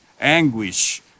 anguish